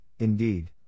indeed